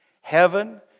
Heaven